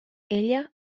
ella